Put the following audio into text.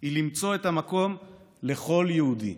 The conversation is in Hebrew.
הן למצוא את המקום לכל יהודי